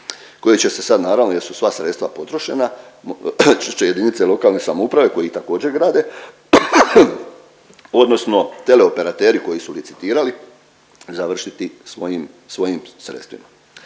koje će se sad naravno jer su sva sredstva potrošena, će JLS koji također grade odnosno teleoperateri koji su licitirati završiti svojim, svojim sredstvima.